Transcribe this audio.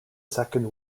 second